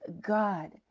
God